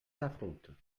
s’affrontent